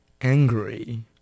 Angry